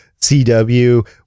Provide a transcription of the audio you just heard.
CW